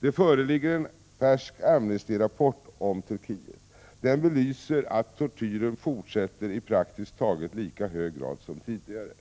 Det föreligger en färsk Amnesty-rapport om Turkiet. Den belyser att tortyren fortsätter i praktiskt taget lika hög grad som tidigare.